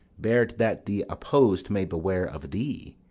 bear't that the opposed may beware of thee.